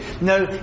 No